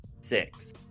six